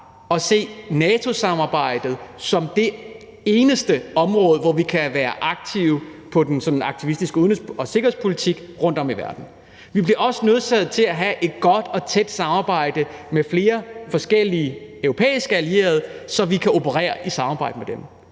at se NATO-samarbejdet som det eneste område, hvor vi kan være aktive på den sådan aktivistiske udenrigs- og sikkerhedspolitik rundtom i verden. Vi bliver også nødsaget til at have et godt og tæt samarbejde med flere forskellige europæiske allierede, så vi kan operere i samarbejde med dem.